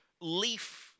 leaf